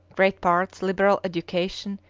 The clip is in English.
great parts, liberal education,